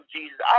Jesus